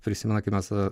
prisimenu kai mes